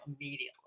immediately